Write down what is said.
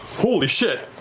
holy shit!